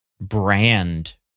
brand